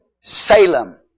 Salem